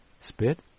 Spit